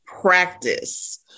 practice